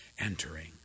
Entering